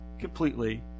completely